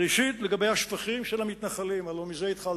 ראשית, לגבי השפכים של המתנחלים, הלוא מזה התחלת,